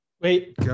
Wait